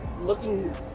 looking